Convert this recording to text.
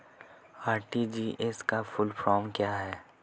RTGS का full form क्या है?